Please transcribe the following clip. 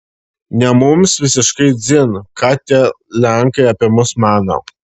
ne mums visiškai dzin ką tie lenkai apie mus mano